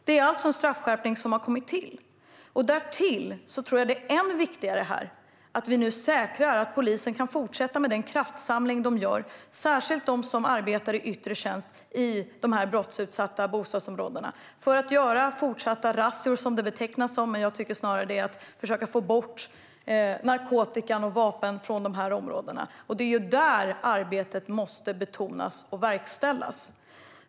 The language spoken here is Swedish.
Det är alltså en straffskärpning som har kommit till. Därtill tror jag att det är än viktigare att vi nu säkrar att polisen kan fortsätta med den kraftsamling man gör. Det gäller särskilt de som arbetar i yttre tjänst i de brottsutsatta bostadsområdena. Det handlar om att fortsätta att göra razzior - det betecknas som det, men jag tycker snarare att det är att man försöker få bort narkotika och vapen från dessa områden. Det är där arbetet måste betonas och verkställas.